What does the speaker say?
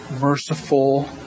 merciful